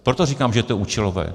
Proto říkám, že to je účelové.